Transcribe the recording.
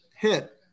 hit